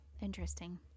interesting